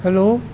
hello